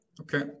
Okay